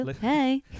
hey